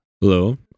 Hello